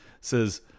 Says